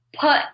put